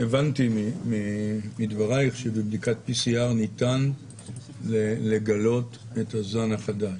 הבנתי מדברייך שבבדיקת PCR ניתן לגלות את הזן החדש.